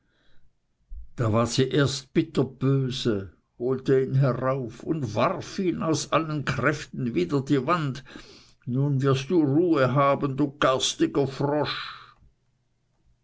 da ward sie erst bitterböse holte ihn herauf und warf ihn aus allen kräften wider die wand nun wirst du ruhe haben du garstiger frosch